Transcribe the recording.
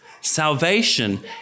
Salvation